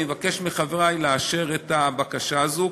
אני מבקש מחברי לאשר את הבקשה הזאת,